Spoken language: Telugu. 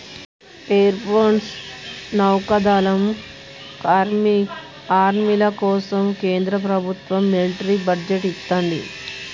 ఎయిర్ ఫోర్స్, నౌకాదళం, ఆర్మీల కోసం కేంద్ర ప్రభత్వం మిలిటరీ బడ్జెట్ ఇత్తంది